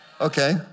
Okay